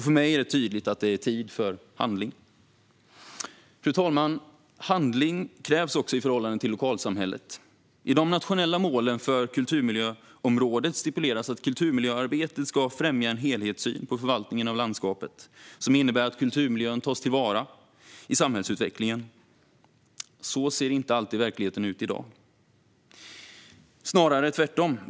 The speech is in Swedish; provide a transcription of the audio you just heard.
För mig är det tydligt att det är tid för handling. Fru talman! Handling krävs också i förhållande till lokalsamhället. I de nationella målen för kulturmiljöområdet stipuleras att kulturmiljöarbetet ska främja en helhetssyn på förvaltningen av landskapet som innebär att kulturmiljön tas till vara i samhällsutvecklingen. Så ser inte alltid verkligheten ut i dag - snarare tvärtom.